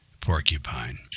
Porcupine